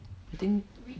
I think